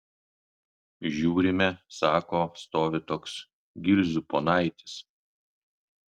žiūrime sako stovi toks gilzių ponaitis